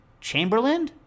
Chamberlain